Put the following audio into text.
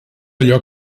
allò